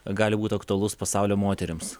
gali būt aktualus pasaulio moterims